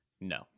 No